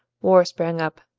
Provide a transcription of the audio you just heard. war sprang up,